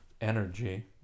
energy